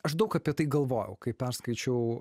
aš daug apie tai galvojau kai perskaičiau